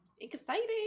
Exciting